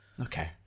Okay